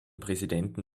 präsidenten